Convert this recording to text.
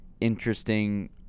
interesting